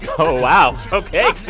oh, wow. ok.